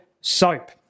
SOAP